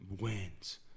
wins